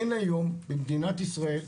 אין היום במדינת ישראל,